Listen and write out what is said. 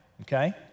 okay